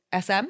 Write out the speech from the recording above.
SM